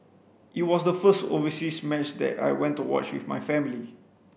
it was the first overseas match that I went to watch with my family